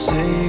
Say